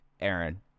Aaron